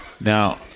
now –